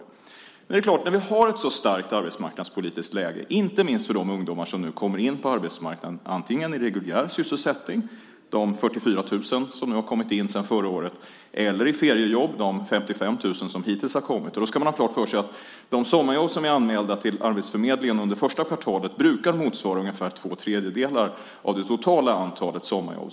Det är klart att vi har ett starkt arbetsmarknadspolitiskt läge, inte minst för de ungdomar som nu kommer in på arbetsmarknaden, antingen i reguljär sysselsättning, de 44 000 som har kommit in sedan förra året, eller i feriejobb, de 55 000 som hittills har kommit. Då ska man ha klart för sig att de sommarjobb som är anmälda till arbetsförmedlingen under första kvartalet brukar motsvara ungefär två tredjedelar av det totala antalet sommarjobb.